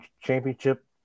championship